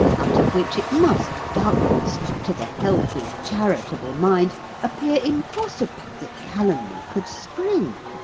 out of which it must, doubtless, to the healthy, charitable mind appear impossible that calumny could spring.